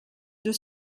deux